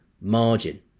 margin